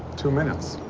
two minutes.